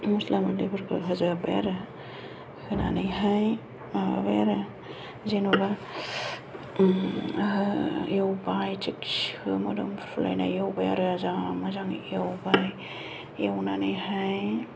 मस्ला गुन्दैफोरखौ होजोब्बाय आरो होनानैहाय माबाबाय आरो जेनेबा एवबाय थिगसे मोदोमफ्रु लायनाय एवबाय आरो जा मोजाङै एवबाय एवनानैहाय